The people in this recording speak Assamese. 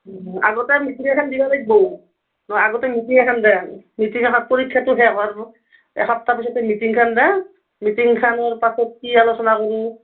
আগতে মিটিং এখন দিব লাগিব ন আগতে মিটিং এখন দিয়া মিটিং এখন পৰীক্ষাটো শেষ হোৱাৰ এসপ্তাহ পিছতে মিটিংখন দিয়া মিটিংখনৰ পাছত কি আলোচনা কৰো